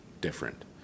different